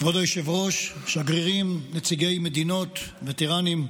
כבוד היושב-ראש, שגרירים, נציגי מדינות, וטרנים,